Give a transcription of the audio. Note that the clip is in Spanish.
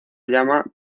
llama